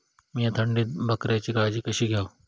मीया थंडीत बकऱ्यांची काळजी कशी घेव?